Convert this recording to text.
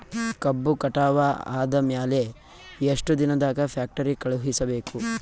ಕಬ್ಬು ಕಟಾವ ಆದ ಮ್ಯಾಲೆ ಎಷ್ಟು ದಿನದಾಗ ಫ್ಯಾಕ್ಟರಿ ಕಳುಹಿಸಬೇಕು?